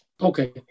Okay